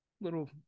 little